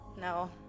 No